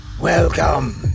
Welcome